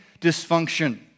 dysfunction